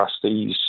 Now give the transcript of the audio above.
trustees